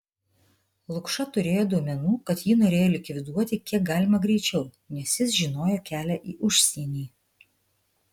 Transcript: lukša turėjo duomenų kad jį norėjo likviduoti kiek galima greičiau nes jis žinojo kelią į užsienį